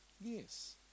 Yes